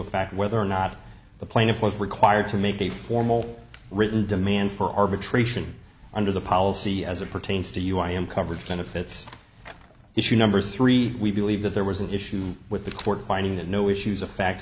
fact whether or not the plaintiff was required to make the formal written demand for arbitration under the policy as it pertains to you i am covered benefits issue number three we believe that there was an issue with the court finding that no issues of fact